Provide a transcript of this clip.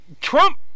Trump